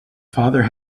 father